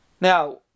Now